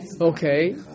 okay